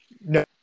No